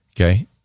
Okay